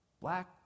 black